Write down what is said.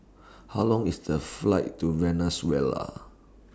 How Long IS The Flight to Venezuela